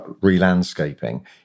re-landscaping